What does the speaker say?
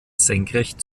senkrecht